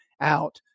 out